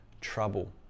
trouble